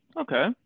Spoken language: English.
Okay